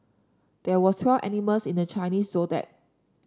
there were twelve animals in the Chinese Zodiac